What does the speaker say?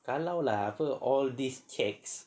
kalau lah all these checks